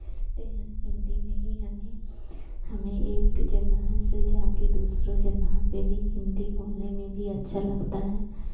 ते हैं हिन्दी में ही हमें हमें एक जगह से जाके दूसरो जगह पे भी हिन्दी बोलने में भी अच्छा लगता है